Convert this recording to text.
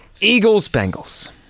Eagles-Bengals